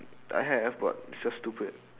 I have but it's just stupid